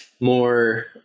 more